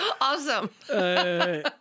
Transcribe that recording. awesome